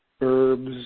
herbs